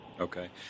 Okay